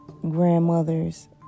grandmothers